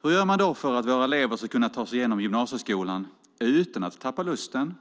Vad gör vi då för att våra elever ska kunna ta sig igenom gymnasieskolan utan att tappa lusten?